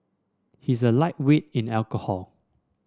he is a lightweight in alcohol